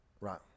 right